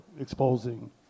exposing